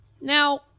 Now